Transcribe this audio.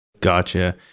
gotcha